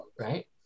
right